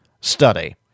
study